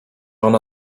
ona